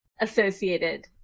associated